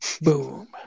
Boom